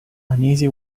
uneasy